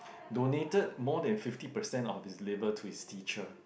donated more than fifty percent of his label to his teacher